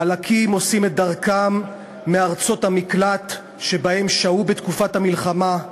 חלקם עושים את דרכם מארצות המקלט שבהם שהו בתקופת המלחמה,